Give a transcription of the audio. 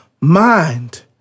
mind